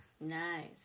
Nice